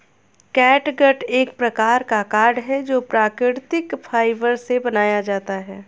catgut एक प्रकार का कॉर्ड है जो प्राकृतिक फाइबर से बनाया जाता है